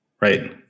right